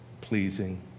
pleasing